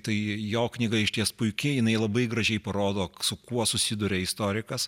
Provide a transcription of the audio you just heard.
tai jo knyga išties puiki jinai labai gražiai parodo su kuo susiduria istorikas